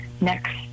next